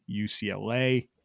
UCLA